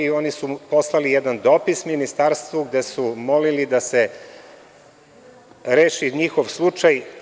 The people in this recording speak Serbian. Oni su poslali jedan dopis Ministarstvu gde su molili da se reši njihov slučaj.